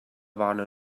bona